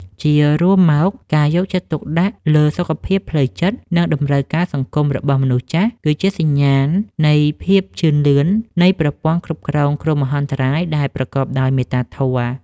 ជារួមមក ការយកចិត្តទុកដាក់លើសុខភាពផ្លូវចិត្ត និងតម្រូវការសង្គមរបស់មនុស្សចាស់ គឺជាសញ្ញាណនៃភាពជឿនលឿននៃប្រព័ន្ធគ្រប់គ្រងគ្រោះមហន្តរាយដែលប្រកបដោយមេត្តាធម៌។